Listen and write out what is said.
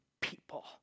people